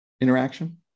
interaction